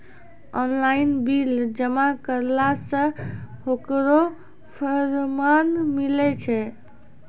Online bill जमा करला से ओकरौ परमान मिलै छै?